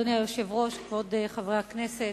אדוני היושב-ראש, כבוד חברי הכנסת,